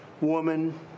woman